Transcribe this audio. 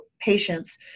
patients